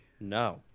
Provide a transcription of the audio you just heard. No